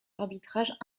arbitrages